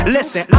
Listen